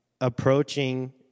approaching